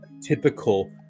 typical